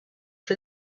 for